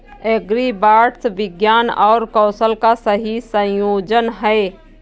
agribots विज्ञान और कौशल का सही संयोजन हैं